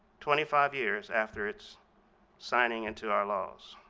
twenty five years after its signing into our laws.